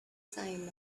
simum